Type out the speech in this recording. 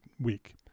week